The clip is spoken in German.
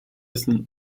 essen